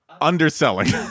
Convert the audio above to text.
underselling